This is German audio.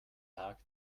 tag